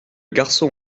garçon